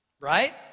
right